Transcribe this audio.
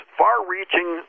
far-reaching